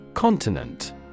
Continent